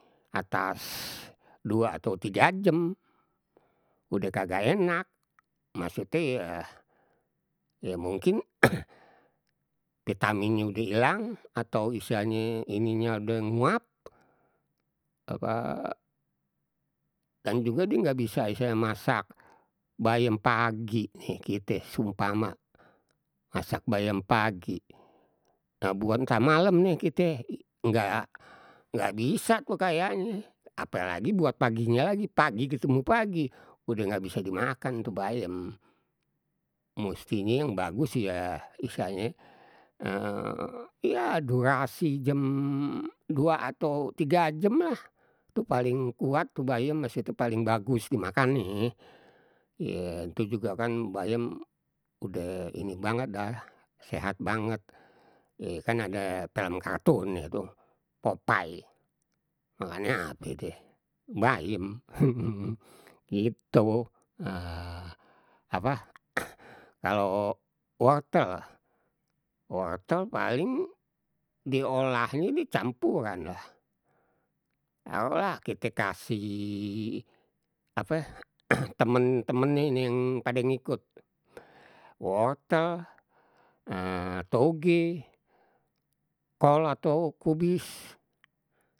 Atas dua atau tiga jem udeh kagak enak, maksute yah ya mungkin vitaminnya udeh ilang atau istilahnye ininye udah nguap apa dan juga die gak bisa istilahnye masak bayem pagi nih kite, seumpama masak bayem pagi nah buat ntar malem nih kite nggak, nggak bisa kok kayaknye. Apelagi buat paginya lagi, pagi ketemu pagi udah nggak bisa dimakan tuh bayem. Mustinye yang bagus ya istilahnye ya durasi jam dua atau tiga jem lah, itu paling kuat tuh bayem, masih itu paling bagus dimakan nih. Ye itu juga kan bayem udeh ini banget dah sehat banget, kan ade film kartun itu popai makanye ape die bayem gitu, nah apa kalau wortel, wortel paling diolahnye di campuran lah, taruklah kita kasih ape temen- temennye ini yang paling ngikut, wortel toge, kol atau kubis.